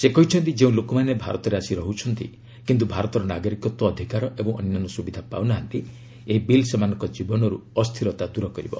ସେ କହିଛନ୍ତି ଯେଉଁ ଲୋକମାନେ ଭାରତରେ ଆସି ରହୁଛନ୍ତି କିନ୍ତୁ ଭାରତର ନାଗରିକତ୍ୱ ଅଧିକାର ଏବଂ ଅନ୍ୟାନ୍ୟ ସୁବିଧା ପାଉନାହାନ୍ତି ଏହି ବିଲ୍ ସେମାନଙ୍କ ଜୀବନରୁ ଅସ୍ଥିରତା ଦୂର କରିବ